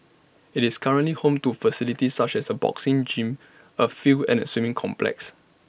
IT is currently home to facilities such as A boxing gym A field and A swimming complex